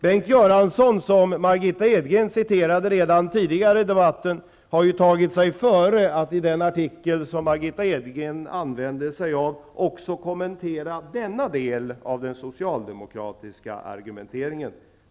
Bengt Göransson, som Margitta Edgren tidigare här i debatten citerade, har ju tagit sig före att i den artikel som Margitta Edgren använde sig av också kommentera denna del av den socialdemokratiska argumenteringen.